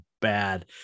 bad